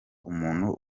umuntu